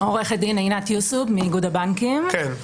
עורכת דין עינת יוסוב מאיגוד הבנקים,